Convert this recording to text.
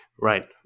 Right